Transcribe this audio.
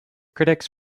critics